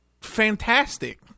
fantastic